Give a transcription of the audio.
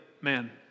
man